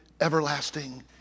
everlasting